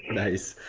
nice.